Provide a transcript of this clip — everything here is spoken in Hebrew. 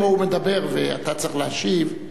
פה הוא מדבר, ואתה צריך להשיב.